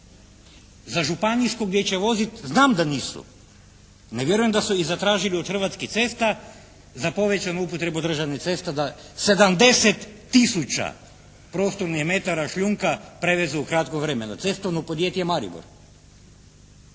Za županijsko gdje će vozit, znam da nisu, ne vjerujem da su ih zatražili od Hrvatskih cesta za povećanu upotrebu državne ceste da 70 tisuća prostornih metara šljunka prevezu u kratkom vremenu … /Ne razumije se./ … Maribor.